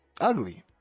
ugly